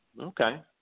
Okay